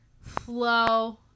flow